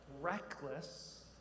reckless